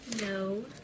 No